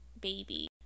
baby